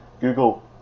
Google